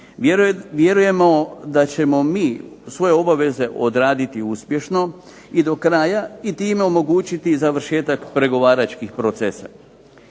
Vjerujemo da ćemo mi svoje obaveze odraditi uspješno i do kraja i time omogućiti završetak pregovaračkih procesa.